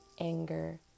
anger